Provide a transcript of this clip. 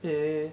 eh